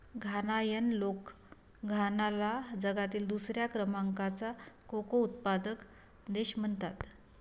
घानायन लोक घानाला जगातील दुसऱ्या क्रमांकाचा कोको उत्पादक देश म्हणतात